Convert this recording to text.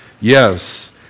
Yes